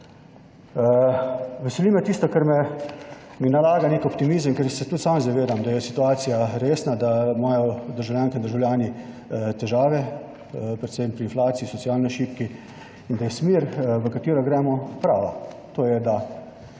Veseli me tisto, kar mi nalaga, nek optimizem, ker se tudi sam zavedam, da je situacija resna, da imajo državljanke in državljani težave, predvsem pri inflaciji socialno šibki in da je smer, v katero gremo, prava.